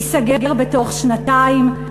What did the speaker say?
ייסגר בתוך שנתיים,